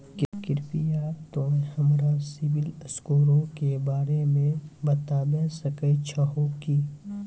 कृपया तोंय हमरा सिविल स्कोरो के बारे मे बताबै सकै छहो कि?